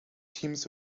teams